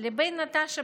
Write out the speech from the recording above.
לבין נטשה פטרובה,